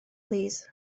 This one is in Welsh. plîs